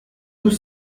deux